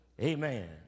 Amen